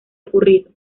ocurrido